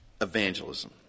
Evangelism